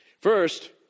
First